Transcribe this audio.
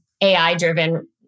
AI-driven